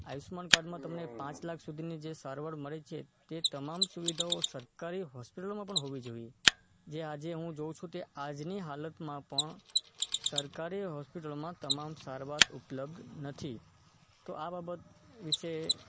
આયુષ્માન કાર્ડમાં તમને પાંચ લાખ સુધીની જે સારવાર મળે છે તે તમામ સુવિધાઓ સરકારી હૉસ્પિટલોમાં પણ હોવી જોઈએ જે આજે હું જોઉં છે કે આજની હાલતમાં પણ સરકારી હૉસ્પિટલમાં તમામ સારવાર ઉપલબ્ધ નથી તો આ બાબત વિષે